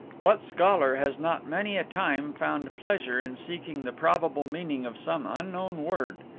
what scholar has not many a time found pleasure in seeking the probable meaning of some unknown word?